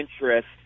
interest